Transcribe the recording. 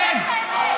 שב.